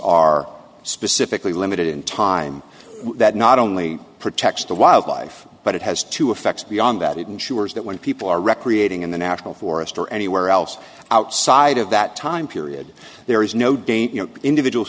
are specifically limited in time that not only protects the wildlife but it has two effects beyond that it ensures that when people are recreating in the national forest or anywhere else outside of that time period there is no danger of individuals